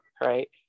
right